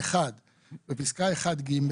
- בפסקה (1)(ג),